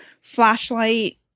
flashlight